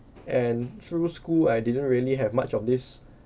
and through school I didn't really have much of this